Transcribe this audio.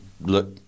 look